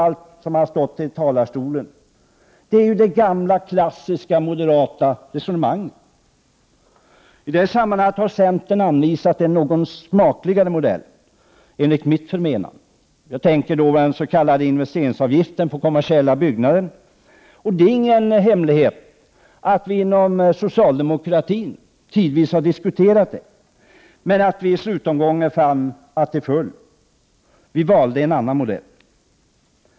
Det som har framförts från talarstolen i dag är det gamla klassiska moderata resonemanget. I detta sammanhang har centern anvisat en, enligt mitt förmenande, något smakligare modell. Jag tänker då på den s.k. investeringsavgiften på kommersiella byggnader. Det är ingen hemlighet att vi inom socialdemokratin tidvis har diskuterat en sådan. Vi fann emellertid i slutomgången att detta föll. Vi valde en annan modell.